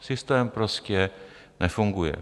Systém prostě nefunguje.